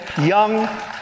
young